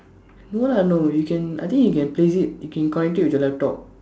no ah no you can I think you can place it you can connect it with the laptop